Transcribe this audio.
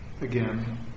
again